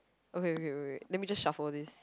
okay okay wait let me just shuffle this